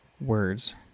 Words